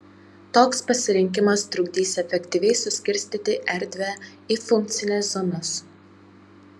toks pasirinkimas trukdys efektyviai suskirstyti erdvę į funkcines zonas